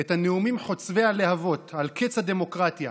את הנאומים חוצבי הלהבות על קץ הדמוקרטיה